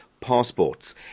passports